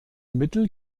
mittel